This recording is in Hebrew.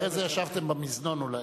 אחרי זה ישבתם במזנון אולי.